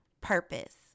purpose